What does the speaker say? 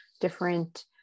different